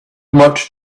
much